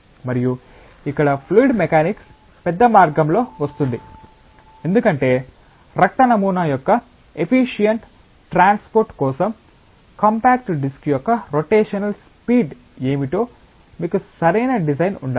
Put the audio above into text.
మరియు ఇక్కడ fluid mechanics పెద్ద మార్గంలో వస్తుంది ఎందుకంటే రక్త నమూనా యొక్క ఎఫిషియంట్ ట్రాన్స్పోర్ట్ కోసం కాంపాక్ట్ డిస్క్ యొక్క రోటేషనల్ స్పీడ్ ఏమిటో మీకు సరైన డిజైన్ ఉండాలి